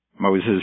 Moses